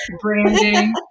branding